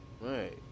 Right